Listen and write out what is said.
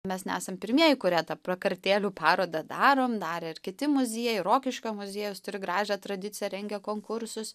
mes nesam pirmieji kurie tą prakartėlių parodą darom darė ir kiti muziejai rokiškio muziejus turi gražią tradiciją rengia konkursus